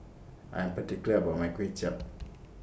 I Am particular about My Kuay Chap